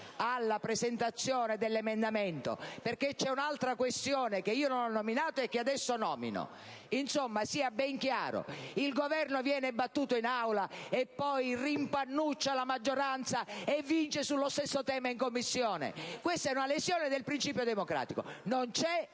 alla presentazione dell'emendamento, perché c'è un'altra questione che io non ho nominato e che adesso nomino: insomma, sia ben chiaro, il Governo viene battuto in Aula e poi rimpannuccia la maggioranza e vince sullo stesso tema in Commissione. Questa è una lesione del principio democratico; non c'è